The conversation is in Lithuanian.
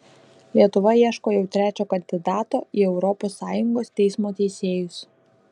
lietuva ieško jau trečio kandidato į europos sąjungos teismo teisėjus